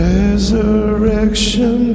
resurrection